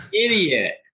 idiot